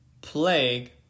plague